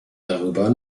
darüber